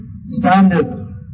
standard